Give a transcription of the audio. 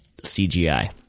CGI